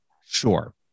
sure